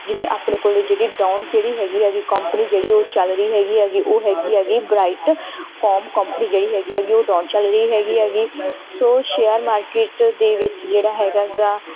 ਜਿਵੇਂ ਆਪਣੇ ਕੋਲ ਜਿਹੜੇ ਡੋਨ ਜਿਹੜੀ ਹੈਗੀ ਹੈਗੀ ਕੋਪਨੀ ਜਿਹੜੀ ਉਹ ਚੱਲ ਰਹੀ ਹੈਗੀ ਹੈਗੀ ਉਹ ਹੈਗੀ ਹੈਗੀ ਬਰਾਈਟ ਕੌਮ ਕੋਪਨੀ ਜਿਹੜੀ ਹੈਗੀ ਹੈਗੀ ਉਹ ਡੋਨ ਚੱਲ ਰਹੀ ਹੈਗੀ ਹੈਗੀ ਸੋ ਸ਼ੇਅਰ ਮਾਰਕੀਟ ਦੇ ਵਿੱਚ ਜਿਹੜਾ ਹੈਗਾ ਗਾ